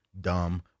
dumb